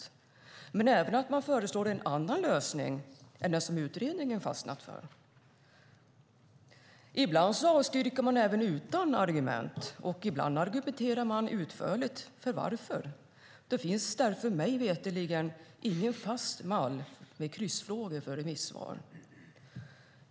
De har även förekommit att man föreslår en annan lösning än den som utredningen fastnat för. Ibland avstyrker man även utan argument, och ibland argumenterar man utförligt för varför. Det finns därför mig veterligen ingen fast mall med kryssfrågor för remissvar.